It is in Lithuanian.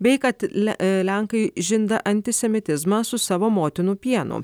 bei kad lenkai žinda antisemitizmą su savo motinų pienu